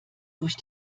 durch